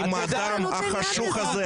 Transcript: האדם החשוך הזה.